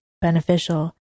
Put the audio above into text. beneficial